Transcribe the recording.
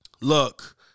look